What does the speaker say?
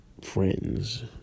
Friends